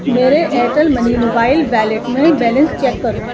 میرے Airtel money mobile wallet میں balance check کرو